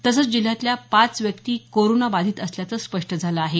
तसंच जिल्ह्यातल्या पाच व्यक्ती कोरोना बाधित असल्याचे स्पष्ट झाले आहे